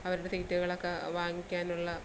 അവരുടെ തീറ്റകളൊക്കെ വാങ്ങിക്കാനുള്ള